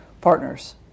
partners